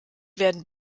werden